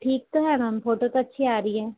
ठीक तो है मैम फोटो तो अच्छी आ रही है